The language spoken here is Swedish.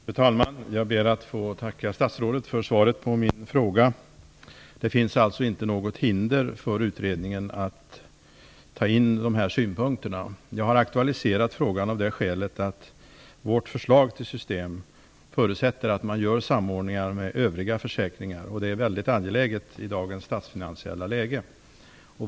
Fru talman! Jag ber att få tacka statsrådet för svaret på min fråga. Det finns alltså inte något hinder för utredningen att ta in våra synpunkter. Jag har aktualiserat frågan av det skälet att vårt förslag förutsätter att man gör samordningar med övriga försäkringar. Det är väldigt angeläget i dagens statsfinansiella läge.